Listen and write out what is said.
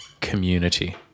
community